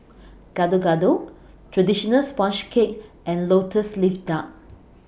Gado Gado Traditional Sponge Cake and Lotus Leaf Duck